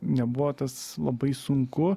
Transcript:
nebuvo tas labai sunku